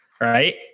right